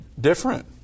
different